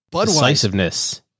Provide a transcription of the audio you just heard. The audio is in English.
Decisiveness